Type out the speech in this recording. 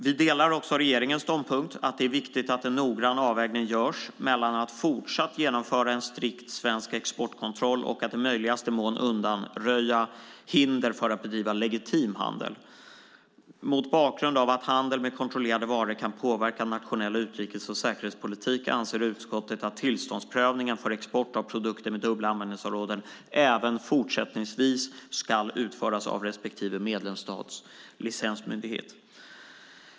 Vi delar också regeringens ståndpunkt att det är viktigt att en noggrann avvägning görs mellan att fortsatt genomföra en strikt svensk exportkontroll och att i möjligaste mån undanröja hinder för att bedriva legitim handel. Mot bakgrund av att handel med kontrollerade varor kan påverka nationell utrikes och säkerhetspolitik anser utskottet att tillståndsprövningen för export av produkter med dubbla användningsområden även fortsättningsvis ska utföras av respektive medlemsstats licensmyndighet.